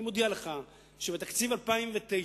אני מודיע לך שבתקציב 2009,